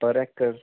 ਪਰ ਏਕੜ